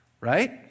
Right